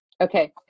Okay